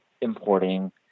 importing